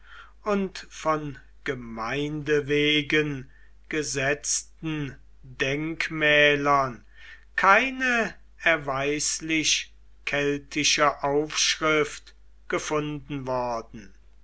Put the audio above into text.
und von gemeinde wegen gesetzten denkmälern keine erweislich keltische aufschrift gefunden worden